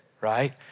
right